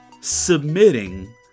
submitting